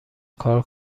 کار